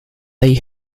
they